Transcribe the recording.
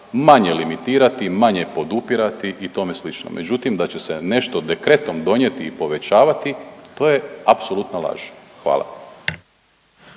manje limitirati, manje podupirati i tome slično. Međutim, da će se nešto dekretom donijeti i povećavati to je apsolutna laž. Hvala.